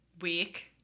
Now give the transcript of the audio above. week